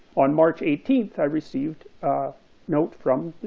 on march eighteenth, i received a note from